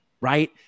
right